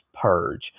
purge